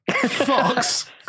Fox